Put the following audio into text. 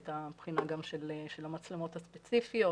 הייתה בחינה גם של המצלמות הספציפיות,